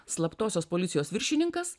slaptosios policijos viršininkas